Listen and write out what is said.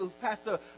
pastor